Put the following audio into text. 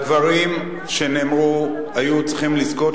הדברים שנאמרו היו צריכים לזכות,